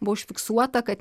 buvo užfiksuota kad